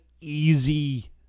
easy